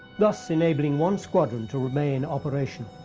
thus enabling one squadron to remain operational.